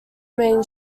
main